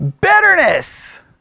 Bitterness